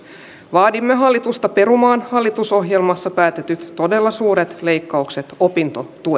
vaadimme hallitusta perumaan hallitusohjelmassa päätetyt todella suuret leikkaukset opintotuesta